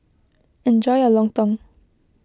enjoy your Lontong